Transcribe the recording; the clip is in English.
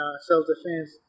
self-defense